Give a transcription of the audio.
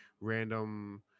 random